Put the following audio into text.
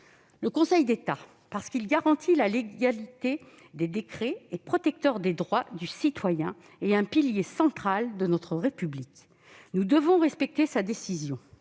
Le Conseil d'État, parce qu'il garantit la légalité des décrets, est le protecteur des droits du citoyen et un pilier central de notre République. Nous devons respecter sa décision.